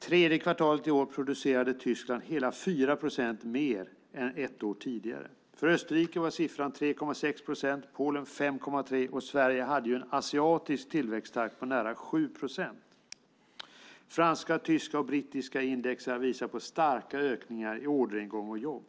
Tredje kvartalet i år producerade Tyskland hela 4 procent mer än ett år tidigare. För Österrike var siffran 3,6 procent. För Polen var den 5,3, och Sverige hade en asiatisk tillväxttakt på nära 7 procent. Franska, tyska och brittiska index visar på starka ökningar i orderingång och jobb.